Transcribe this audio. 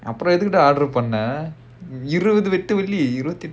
அப்புறம் எதுக்குடா:appuram edhukkudaa order பண்ணுன இருபது வெள்ளி:pannuna irubathu velli